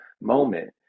moment